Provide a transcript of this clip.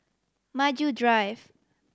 Maju Drive